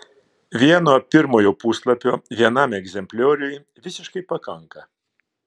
vieno pirmojo puslapio vienam egzemplioriui visiškai pakanka